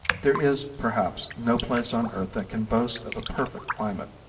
there is, perhaps, no place on earth that can boast of a perfect climate,